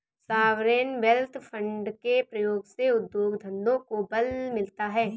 sovereign wealth fund के प्रयोग से उद्योग धंधों को बल मिलता है